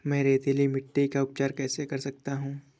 मैं रेतीली मिट्टी का उपचार कैसे कर सकता हूँ?